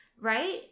right